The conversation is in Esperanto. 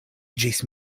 ĝis